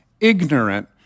ignorant